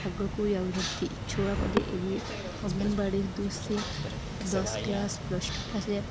ଆଗକୁ ଯାଉଛନ୍ତି ଛୁଆମାନେ ଏବେ ଅଙ୍ଗନବାଡ଼ି ଦୁ ସେ ଦଶ କ୍ଲାସ୍ ପ୍ଲସ୍ ଟୁ କ୍ଲାସରେ